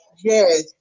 Yes